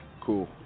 Cool